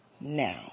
now